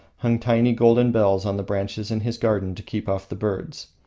hung tiny golden bells on the branches in his garden to keep off the birds.